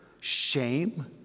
shame